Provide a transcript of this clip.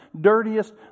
dirtiest